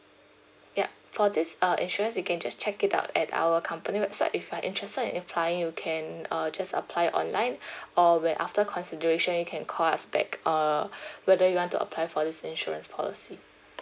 yup for this uh insurance you can just check it out at our company website if you're interested apply you can uh just apply it online or when after consideration you can call us back err whether you want to apply for this insurance policy